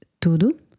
tudo